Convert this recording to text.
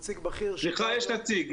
סליחה, יש נציג.